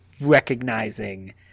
recognizing